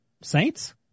Saints